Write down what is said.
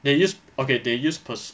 they use okay they use pers~